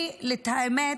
לי, את האמת,